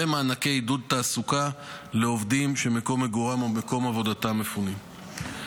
ומענקי עידוד תעסוקה לעובדים שמקום מגוריהם או מקום עבודתם מפונה.